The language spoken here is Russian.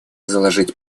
заложить